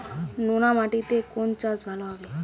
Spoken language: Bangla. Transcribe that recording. নোনা মাটিতে কোন চাষ ভালো হবে?